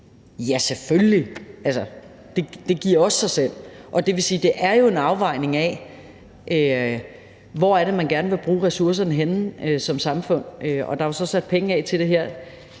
Ja, selvfølgelig, det giver også sig selv. Det vil sige, det er en afvejning af, hvor man gerne vil bruge ressourcerne henne som samfund, og der er så sat penge af til det her,